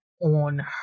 on